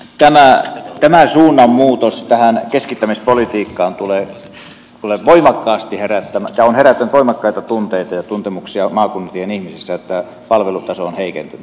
elikkä tämä suunnanmuutos tähän keskittämispolitiikkaan on herättänyt voimakkaita tunteita ja tuntemuksia maakuntien ihmisissä siinä että palvelutaso on heikentynyt